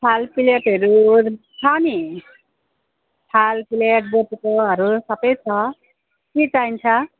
थाल प्लेटहरू छ नि थाल प्लेट बटुकोहरू सबै छ के चाहिन्छ